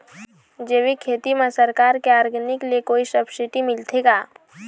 जैविक खेती म सरकार के ऑर्गेनिक ले कोई सब्सिडी मिलथे का?